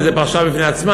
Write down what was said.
וזה פרשה בפני עצמה,